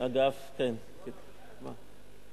צריך לצלצל, צריך לצלצל עכשיו.